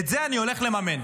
את זה אני הולך לממן,